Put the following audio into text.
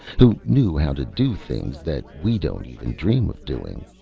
who knew how to do things that we don't even dream of doing,